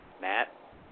Matt